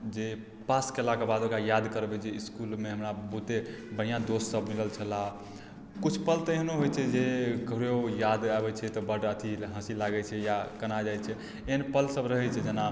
जे पास कयलाके बाद ओकरा याद करब जे इसकुलमे हमरा बहुते बढ़िआँ दोस्त सब मिलल छलाह किछु पल तऽ एहनो होइ छै जे कखनो याद आबय छै तऽ बड्ड अथी हँसी लागय छै या कना जाइ छै एहन पल सब रहय छै जेना